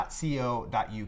.co.uk